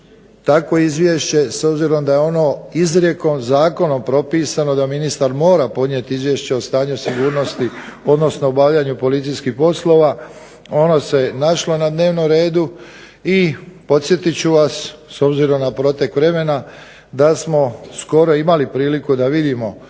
takvo izvješće s obzirom da je ono izrijekom, zakonom propisano da ministar mora podnijeti izvješće o stanju sigurnosti odnosno obavljanju policijskih poslova, ono se našlo na dnevnom redu i podsjetit ću vas s obzirom na protek vremena da smo skoro imali priliku da vidimo